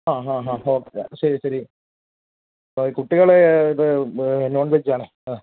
ഹാ ഹാ ഹാ ഓക്കെ ആ ശരി ശരി ആ കുട്ടികളേ ഇത് നോൺ വെജ് ആണ് ആ